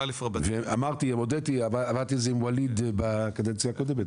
עבדתי על זה עם ווליד בקדנציה הקודמת,